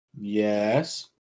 Yes